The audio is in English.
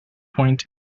point